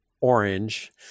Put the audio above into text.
orange